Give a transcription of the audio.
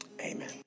Amen